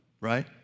right